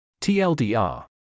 TLDR